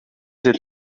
sit